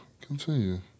Continue